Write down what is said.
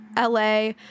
LA